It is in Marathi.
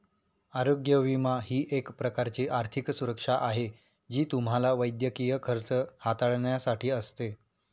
आरोग्य विमा ही एक प्रकारची आर्थिक सुरक्षा आहे जी तुम्हाला वैद्यकीय खर्च हाताळण्यासाठी असते